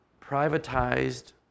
privatized